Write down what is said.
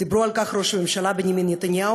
דיבר על כך ראש הממשלה בנימין נתניהו,